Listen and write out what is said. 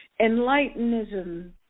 Enlightenism